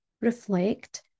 reflect